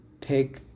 take